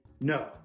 no